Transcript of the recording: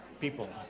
People